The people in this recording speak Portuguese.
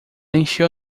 encheu